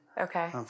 Okay